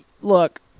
look